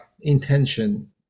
intention